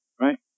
right